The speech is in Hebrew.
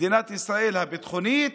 מדינת ישראל הביטחונית,